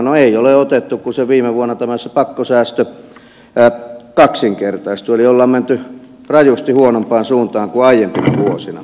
no ei ole otettu kun viime vuonna tämä pakkosäästö kaksinkertaistui eli ollaan menty rajusti huonompaan suuntaan kuin aiempina vuosina